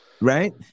right